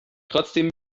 trotzdem